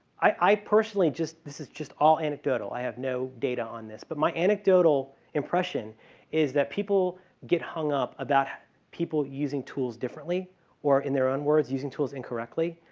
i personally just this is just all anecdotal. i have no data on this but my anecdotal impression is that people get hung up about people using tools differently or in their own words, using tools incorrectly.